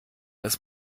das